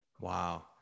Wow